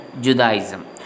Judaism